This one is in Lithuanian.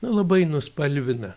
nu labai nuspalvina